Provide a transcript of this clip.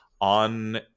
on